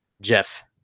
Jeff